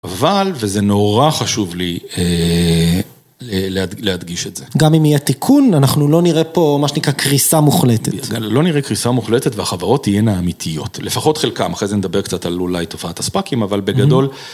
אבל, וזה נורא חשוב לי להדגיש את זה. גם אם יהיה תיקון, אנחנו לא נראה פה, מה שנקרא, קריסה מוחלטת. לא נראה קריסה מוחלטת, והחברות תהיינה אמיתיות. לפחות חלקם, אחרי זה נדבר קצת על אולי תופעת הספקים, אבל בגדול...